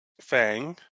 Fang